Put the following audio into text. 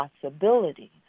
possibilities